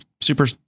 super